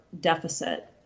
deficit